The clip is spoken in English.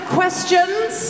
questions